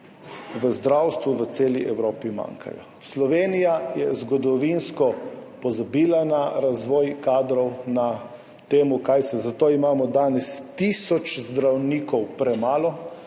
v zdravstvu v celi Evropi manjkajo. Slovenija je zgodovinsko pozabila na razvoj kadrov, na to, zato imamo danes tisoč zdravnikov premalo.